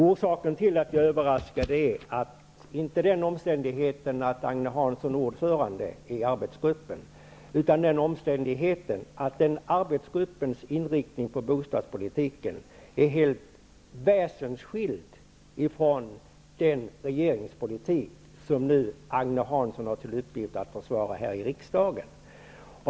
Orsaken till att jag är överraskad är inte den omständigheten att Agne Hansson är ordförande i arbetsgruppen, utan den omständigheten att arbetsgruppens inriktning på bostadspolitiken är helt väsensskild ifrån den regeringspolitik som Agne Hansson nu har till uppgift att försvara här i riksdagen.